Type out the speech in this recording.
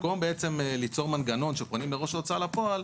במקום ליצור מנגנון שפונים מראש להוצאה לפועל,